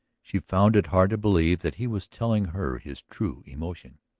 she found it hard to believe that he was telling her his true emotion.